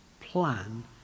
plan